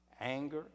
anger